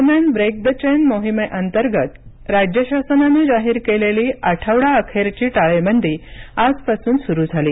दरम्यान break the chain मोहिमे अंतर्गत राज्य शासनाने जाहीर केलेली आठवडा अखेरची टाळेबंदी आजपासून सुरू झाली